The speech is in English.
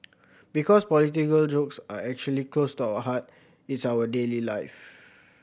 because political jokes are actually close to our heart it's our daily life